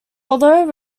although